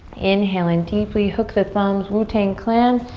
inhale in deeply. hook the thumbs. wu-tang clan.